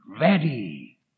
ready